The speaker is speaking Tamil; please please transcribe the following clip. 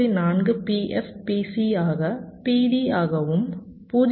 4 PF PC ஆக PD ஆகவும் 0